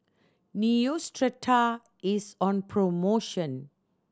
Neostrata is on promotion